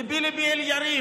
ליבי ליבי על יריב.